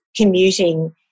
commuting